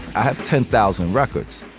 i have ten thousand records,